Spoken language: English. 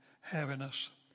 heaviness